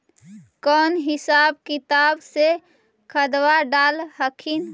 कौन हिसाब किताब से खदबा डाल हखिन?